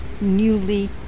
newly